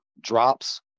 drops